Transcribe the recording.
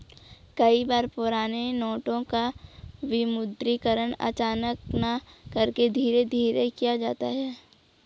कई बार पुराने नोटों का विमुद्रीकरण अचानक न करके धीरे धीरे किया जाता है